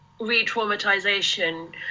re-traumatization